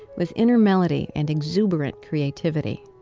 with inner melody and exuberant creativity.